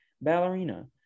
ballerina